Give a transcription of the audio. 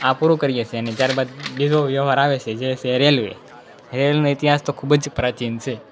આ પૂરું કરીએ છીએ ત્યાર બાદ જે બીજો વ્યવહાર આવે છે જે છે રેલવે રેલવેનો ઈતિહાસ તો ખૂબ જ પ્રાચીન છે